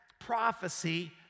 prophecy